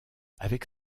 avec